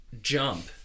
Jump